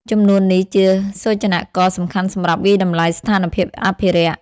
ចំនួននេះជាសូចនាករសំខាន់សម្រាប់វាយតម្លៃស្ថានភាពអភិរក្ស។